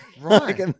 Right